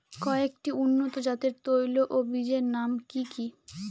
কয়েকটি উন্নত জাতের তৈল ও বীজের নাম কি কি?